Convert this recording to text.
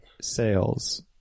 sales